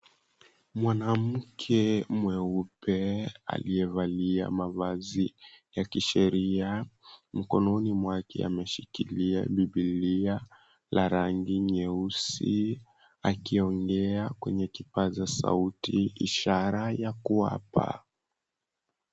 Mwanamke mweupe aliyevalia mavazi ya kisheria, mkononi mwake ameshikilia bibilia la rangi nyeusi akiongea kwenye kipaza sauti kwa ishara ya kuapa.